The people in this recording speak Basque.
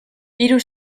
hiru